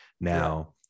now